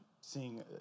seeing